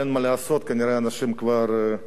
כנראה אנשים כבר עייפים.